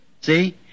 See